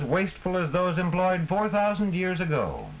as wasteful as those employed four thousand years ago